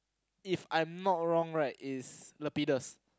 if I'm not wrong right it's Lapidas